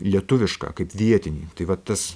lietuvišką kaip vietinį tai va tas